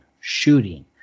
Shooting